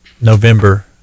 november